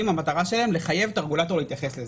היא לחייב את הרגולטור להתייחס לזה.